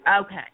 Okay